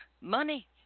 money